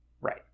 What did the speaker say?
Right